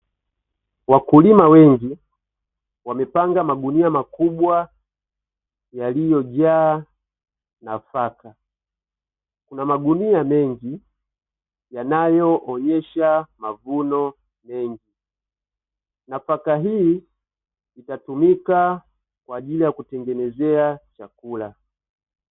Wakulima wengi wamepanga magunia makubwa yaliyojaa nafaka. Kuna magunia mengi yanayoonesha mavuno mengi, nafaka hii itatumika kwa ajili ya kutengenezea chakula.